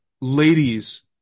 ladies